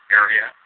area